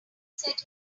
said